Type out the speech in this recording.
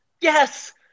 Yes